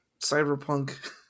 cyberpunk